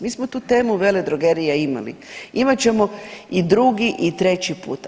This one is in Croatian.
Mi smo tu temu veledrogerija imali, imat ćemo i drugi i treći put.